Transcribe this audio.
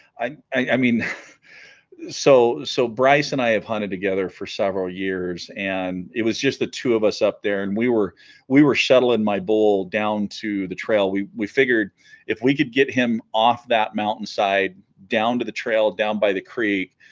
i i mean so so brice and i have hunted together for several years and it was just the two of us up there and we were we were shuttling my bull down to the trail we figured figured if we could get him off that mountainside down to the trail down by the creek